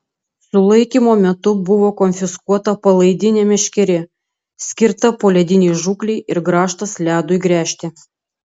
sulaikymo metu buvo konfiskuota palaidinė meškerė skirta poledinei žūklei ir grąžtas ledui gręžti